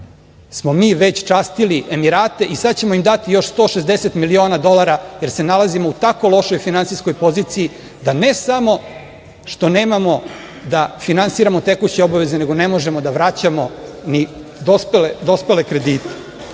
smo mi već častili Emirate i sad ćemo im dati još 160 miliona dolara jer se nalazimo u tako lošoj finansijskoj poziciji da ne samo što nemamo da finansiramo tekuće obaveze nego ne možemo da vraćamo ni dospele kredite. Pritom,